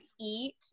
eat